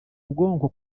ubwonko